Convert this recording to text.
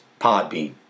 Podbean